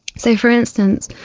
so, for instance,